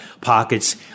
pockets